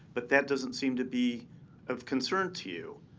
but that doesn't seem to be of concern to you.